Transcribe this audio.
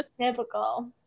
Typical